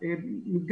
מייצג,